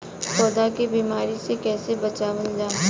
पौधा के बीमारी से कइसे बचावल जा?